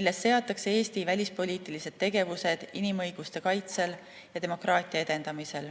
milles seatakse Eesti välispoliitilised tegevused inimõiguste kaitsel ja demokraatia edendamisel.